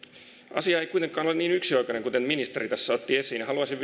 asia ei kuitenkaan ole niin yksioikoinen kuten ministeri tässä otti esiin ja haluaisin